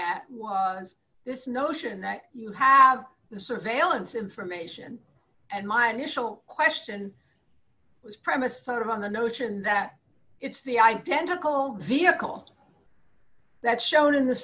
at this notion that you have the surveillance information and my initial question was premised on the notion that it's the identical vehicle that's shown in the